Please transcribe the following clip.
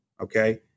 okay